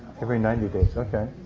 every ninety days. okay.